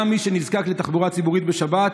גם מי שנזקק לתחבורה ציבורית בשבת